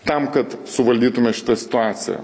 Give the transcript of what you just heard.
tam kad suvaldytume šitą situaciją